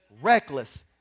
Reckless